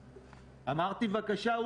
המוצעים: הליכוד חמישה חברים,